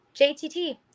jtt